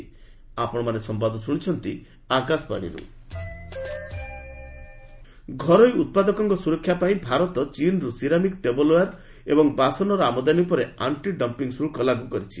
anti dumping ଘରୋଇ ଉତ୍ପାଦକଙ୍କ ସୁରକ୍ଷା ପାଇଁ ଭାରତ ଚୀନ୍ରୁ ସିରାମିକ୍ ଟେବଲ୍ ଓୟାର୍ ଏବଂ ବାସନର ଆମଦାନି ଉପରେ ଆଣ୍ଟି ଡମ୍ପିଂ ଶୁଳ୍କ ଲାଗୁ କରିଛି